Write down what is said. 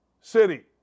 city